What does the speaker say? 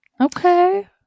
Okay